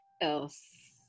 else